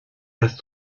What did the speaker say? erst